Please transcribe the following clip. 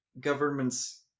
Government's